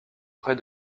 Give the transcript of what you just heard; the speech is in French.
près